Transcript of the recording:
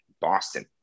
Boston